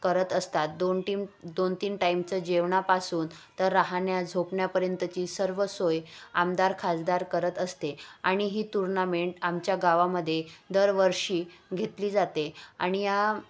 करत असतात दोन टीम दोन तीन टाईमचं जेवणापासून तर राहण्या झोपण्यापर्यंतची सर्व सोय आमदार खाासदार करत असते आणि ही तुर्नामेंट आमच्या गावामध्ये दरवर्षी घेतली जाते आणि या